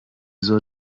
soll